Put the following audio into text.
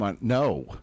No